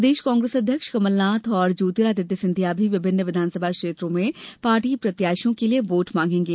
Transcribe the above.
प्रदेश कांग्रेस अध्यक्ष कमलनाथ और ज्योतिरादित्य सिंधिया भी विभिन्न विधानसभा क्षेत्रों में पार्टी प्रत्याशियों के लिए वोट मांगेंगे